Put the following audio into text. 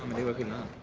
they working on